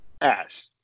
Ash